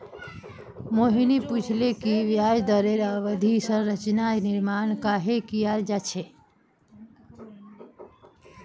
मोहिनी पूछले कि ब्याज दरेर अवधि संरचनार निर्माण कँहे कियाल जा छे